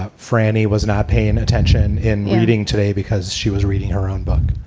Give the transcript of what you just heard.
ah franny was not paying attention in editing today because she was reading her own book?